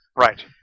Right